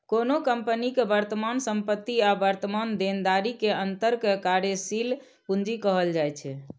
कोनो कंपनी के वर्तमान संपत्ति आ वर्तमान देनदारी के अंतर कें कार्यशील पूंजी कहल जाइ छै